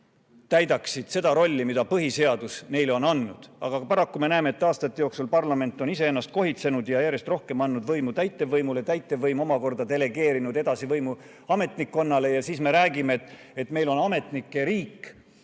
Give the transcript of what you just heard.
täidaksid seda rolli, mille põhiseadus neile on andnud. Aga paraku me näeme, et aastate jooksul parlament on ise ennast kohitsenud ja järjest rohkem andnud võimu täitevvõimule. Täitevvõim omakorda on delegeerinud edasi võimu ametnikkonnale ja siis me räägime, et meil on ametnike riik.